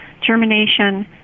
Germination